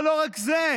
אבל לא רק זה,